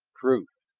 truth.